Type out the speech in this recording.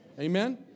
Amen